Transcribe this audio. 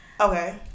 okay